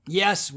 yes